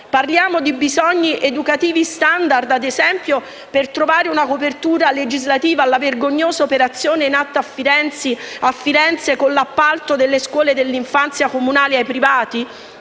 Parliamo di bisogni educativi *standard* per trovare, ad esempio, una copertura legislativa alla vergognosa operazione in atto a Firenze con l'appalto delle scuole dell'infanzia comunali ai privati?